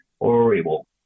horrible